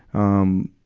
um,